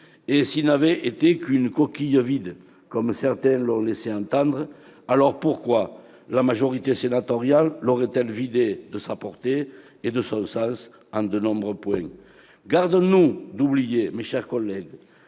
et s'il n'avait été qu'une coquille vide, comme d'autres l'ont laissé entendre, pourquoi la majorité sénatoriale l'aurait-elle vidé de sa portée et de son sens en de nombreux points ? Gardons-nous d'oublier, mes chers collègues,